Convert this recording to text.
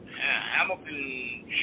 Hamilton